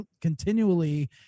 continually